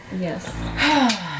Yes